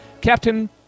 Captain